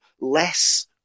less